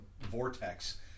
vortex